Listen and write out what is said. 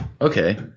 Okay